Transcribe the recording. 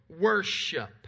worship